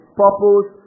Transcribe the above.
purpose